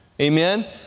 Amen